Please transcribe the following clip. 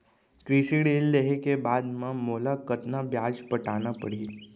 कृषि ऋण लेहे के बाद म मोला कतना ब्याज पटाना पड़ही?